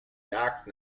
jagd